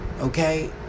Okay